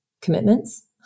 commitments